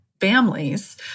families